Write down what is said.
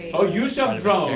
our use of the drone.